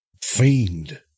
fiend